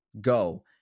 go